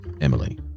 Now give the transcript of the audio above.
Emily